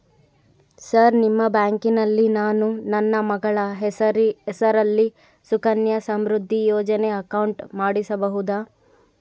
Sir ನಿಮ್ಮ ಬ್ಯಾಂಕಿನಲ್ಲಿ ನಾನು ನನ್ನ ಮಗಳ ಹೆಸರಲ್ಲಿ ಸುಕನ್ಯಾ ಸಮೃದ್ಧಿ ಯೋಜನೆ ಅಕೌಂಟ್ ಮಾಡಿಸಬಹುದಾ?